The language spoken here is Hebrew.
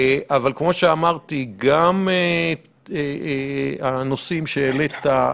אבל, כמו שאמרתי, גם הנושאים שהעלית,